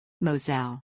Moselle